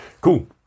Cool